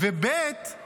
ערבים זה משהו אחר.